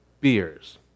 beers